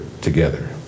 together